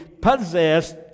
possessed